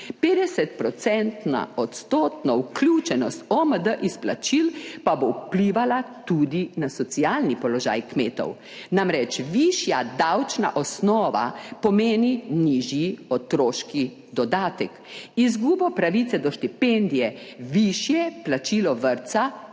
50 % odstotna vključenost OMD izplačil pa bo vplivala tudi na socialni položaj kmetov. Namreč višja davčna osnova pomeni nižji otroški dodatek, izgubo pravice do štipendije, višje plačilo vrtca